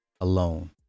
alone